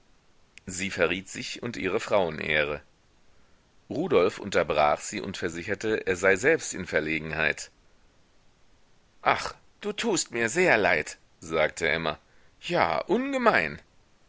sie verriet sich und ihre frauenehre rudolf unterbrach sie und versicherte er sei selbst in verlegenheit ach du tust mir sehr leid sagte emma ja ungemein